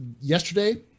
yesterday